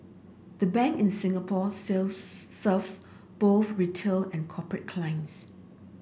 the Bank in Singapore sells serves both retail and corporate clients